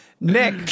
Nick